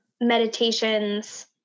meditations